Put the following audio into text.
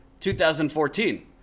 2014